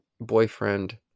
boyfriend